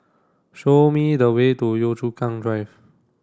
show me the way to Yio Chu Kang Drive